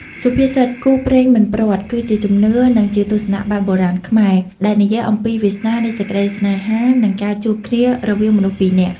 សុភាសិត «គូព្រេងមិនព្រាត់» គឺជាជំនឿ និងជាទស្សនៈបែបបុរាណខ្មែរ ដែលនិយាយអំពីវាសនានៃសេចក្ដីស្នេហា និងការជួបគ្នារវាងមនុស្សពីរនាក់។